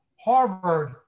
Harvard